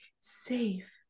safe